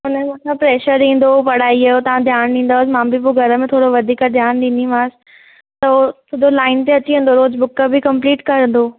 उन्हनि मथां प्रेशर ईंदो पढ़ाईअ जो तव्हां ध्यानु ॾींदौसि मां बि पोइ घर में थोरो वधीक ध्यानु ॾींदीमांस त उहो सिधो लाइन ते अची वेंदो रोज़ु बुक बि कम्पलीट करंदो